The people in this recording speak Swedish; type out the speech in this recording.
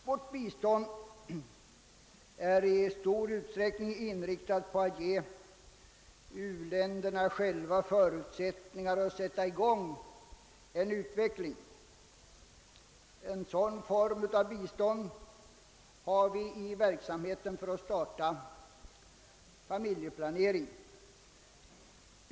Vårt bistånd är i stor utsträckning inriktat på att ge u-länderna själva förutsättningar att sätta i gång en utveckling. En sådan form av bistånd har vi i verksamheten för att starta familjeplanering.